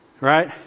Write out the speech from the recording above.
Right